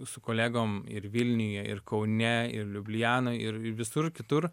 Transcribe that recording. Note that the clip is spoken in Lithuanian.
su kolegom ir vilniuje ir kaune ir liublianoj ir visur kitur